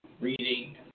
reading